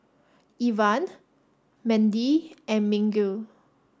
Evan Mendy and Miguel